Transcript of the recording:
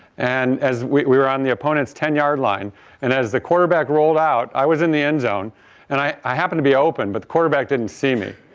and as we were on the opponent's ten yard line and as the quarterback rolled out, i was in the end zone and i happened to be open, but the quarterback didn't see me.